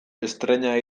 estreina